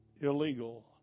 illegal